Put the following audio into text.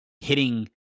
hitting